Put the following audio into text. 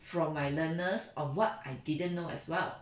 from my learners of what I didn't know as well